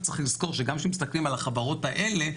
אז צריך לזכור שגם כשמסתכלים על החברות האלה,